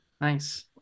Nice